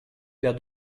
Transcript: père